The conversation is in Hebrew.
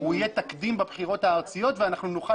הוא יהיה תקדים בבחירות הארציות ונוכל